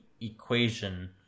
equation